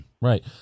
Right